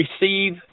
receive